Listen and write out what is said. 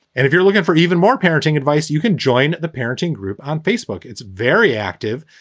and if you're looking for even more parenting advice, you can join the parenting group on facebook. it's very active.